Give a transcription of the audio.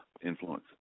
influence